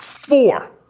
Four